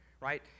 right